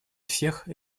всех